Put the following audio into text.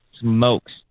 smokes